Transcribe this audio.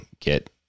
get